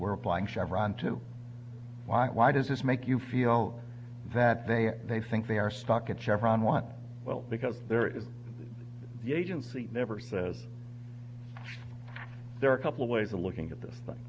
we're applying chevron to y why does this make you feel that they they think they are stuck at chevron want well because there is the agency never says there are a couple ways of looking at the thing